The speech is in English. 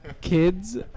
kids